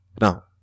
Now